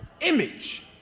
Image